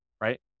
right